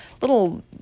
little